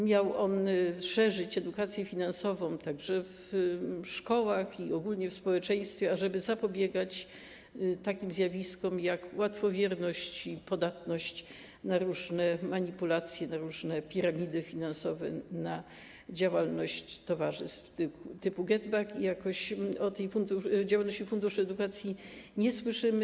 Miał on poszerzać wiedzę finansową w szkołach i ogólnie w społeczeństwie, ażeby zapobiegać takim zjawiskom, jak łatwowierność i podatność na różne manipulacje, na różne piramidy finansowe, na działalność towarzystw typu GetBack, ale jakoś o działalności funduszu edukacji nie słyszymy.